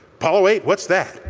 apollo eight, what's that?